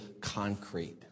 concrete